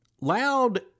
loud